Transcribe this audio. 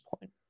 point